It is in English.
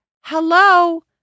Hello